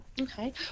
Okay